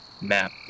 map